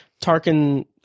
Tarkin